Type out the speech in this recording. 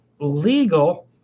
legal